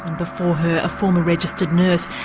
before her a former registered nurse,